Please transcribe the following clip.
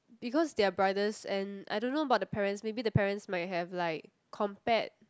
because they are brothers and I don't know about the parents maybe the parents might have like compared